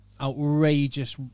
outrageous